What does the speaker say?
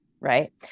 Right